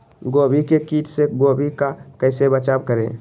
गोभी के किट से गोभी का कैसे बचाव करें?